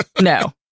No